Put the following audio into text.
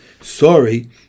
Sorry